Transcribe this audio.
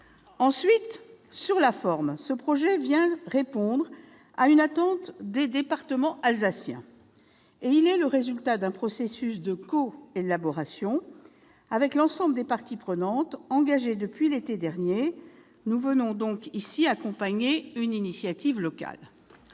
En outre, sur la forme, ce projet de loi répond à une attente des départements alsaciens ; il est le résultat d'un processus de co-élaboration mené avec l'ensemble des parties prenantes et engagé l'été dernier. Nous venons en l'espèce accompagner une initiative locale.